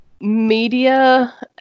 media